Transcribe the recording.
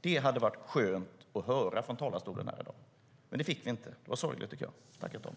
Det hade varit skönt att få höra från talarstolen här i dag. Men det fick vi inte. Det tycker jag är sorgligt.